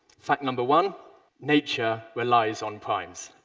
fact number one nature relies on primes.